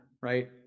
right